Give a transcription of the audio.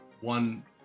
one